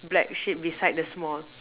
the black sheep beside the small